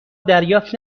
دریافت